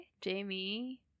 jamie